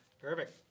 Perfect